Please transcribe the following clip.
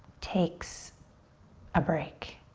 takes a break.